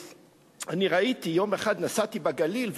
יום אחד נסעתי בגליל,